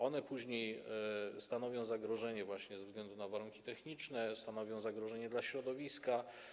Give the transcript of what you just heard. One później stanowią zagrożenie właśnie ze względu na warunki techniczne, stanowią zagrożenie dla środowiska.